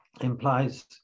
implies